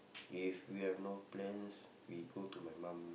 if we have no plans we go to my mum